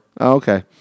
Okay